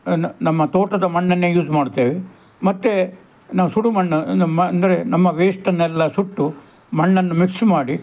ನ ನಮ್ಮ ತೋಟದ ಮಣ್ಣನ್ನೇ ಯೂಸ್ ಮಾಡ್ತೇವೆ ಮತ್ತೆ ನಾವು ಸುಡುಮಣ್ಣು ಮ ಅಂದರೆ ನಮ್ಮ ವೇಸ್ಟನ್ನೆಲ್ಲ ಸುಟ್ಟು ಮಣ್ಣನ್ನು ಮಿಕ್ಸ್ ಮಾಡಿ